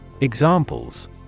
Examples